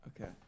Okay